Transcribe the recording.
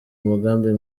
umugambi